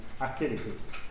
activities